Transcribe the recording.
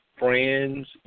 Friends